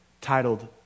titled